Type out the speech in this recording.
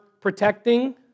protecting